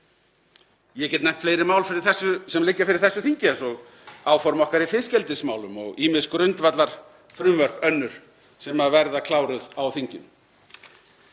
Ég get nefnt fleiri mál sem liggja fyrir þessu þingi eins og áform okkar í fiskeldismálum og ýmis grundvallarfrumvörp önnur sem verða kláruð á þinginu.